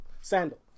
Sandal